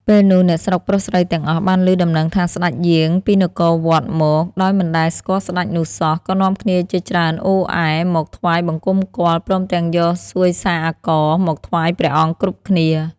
ពេលនោះ អ្នកស្រុកប្រុសស្រីទាំងអស់បានឮដំណឹងថាសេ្តចយាងពីនគរវត្តមក ដោយមិនដែលស្គាល់សេ្តចនោះសោះ ក៏នាំគ្នាជាច្រើនអ៊ូអែមកថ្វាយបង្គំគាល់ ព្រមទាំងយកសួយអាកររមកថ្វាយព្រះអង្គគ្រប់គ្នា។